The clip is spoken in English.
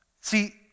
See